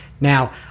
Now